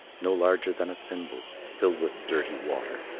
no larger than a thimble, filled with dirty water,